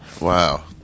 Wow